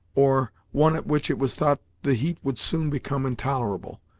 or, one at which it was thought the heat would soon become intolerable,